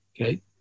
Okay